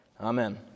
Amen